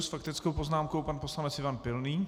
S faktickou poznámkou pan poslanec Ivan Pilný.